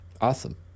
Awesome